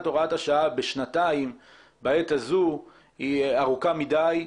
הוראת השעה בשנתיים בעת הזו היא ארוכה מדי.